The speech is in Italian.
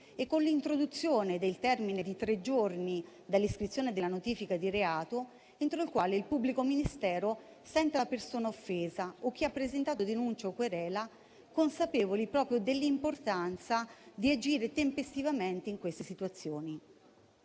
e con l'introduzione del termine di tre giorni dall'iscrizione della notifica di reato entro il quale il pubblico ministero senta la persona offesa o chi ha presentato denuncia o querela, consapevoli dell'importanza di agire tempestivamente in queste situazioni.